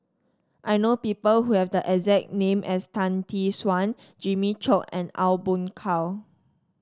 I know people who have the exact name as Tan Tee Suan Jimmy Chok and Aw Boon Haw